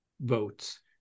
votes